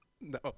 No